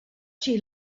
she